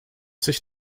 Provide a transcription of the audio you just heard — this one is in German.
sich